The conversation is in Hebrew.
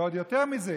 ויותר מזה,